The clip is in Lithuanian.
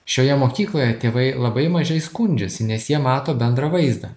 šioje mokykloje tėvai labai mažai skundžiasi nes jie mato bendrą vaizdą